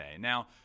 Now